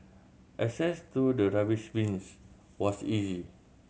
access to the rubbish bins was easy